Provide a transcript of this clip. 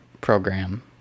program